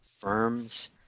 firms